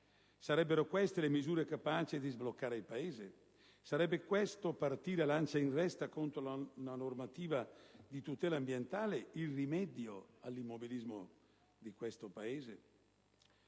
Sarebbero queste le misure capaci di sbloccare il Paese? Sarebbe questo partire lancia in resta contro una normativa di tutela ambientale il rimedio all'immobilismo del Paese?